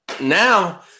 Now